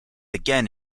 again